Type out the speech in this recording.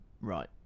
Right